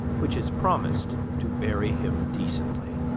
which has promised to bury him decently.